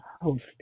host